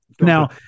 Now